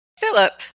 Philip